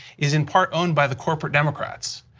is in part owned by the corporate democrats.